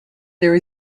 there